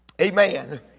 Amen